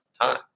time